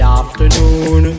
afternoon